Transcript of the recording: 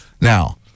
Now